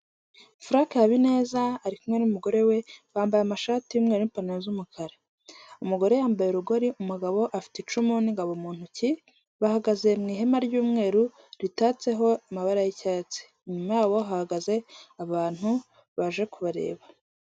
Frank Habineza ari kumwe n'umugore we, bambaye amashati y'umweru n'ipantaro z'umukara. Umugore yambaye urugori, umugabo afite icumu n'ingabo mu ntoki, bahagaze mu ihema ry'umweru ritatseho amabara y'icyatsi. Inyuma yabo hahagaze abantu baje kubareba.